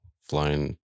flying